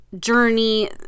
journey